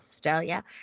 Australia